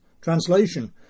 Translation